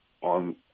on